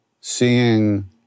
seeing